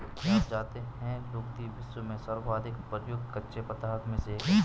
क्या आप जानते है लुगदी, विश्व में सर्वाधिक प्रयुक्त कच्चे पदार्थों में से एक है?